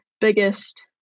biggest